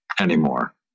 anymore